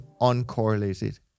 uncorrelated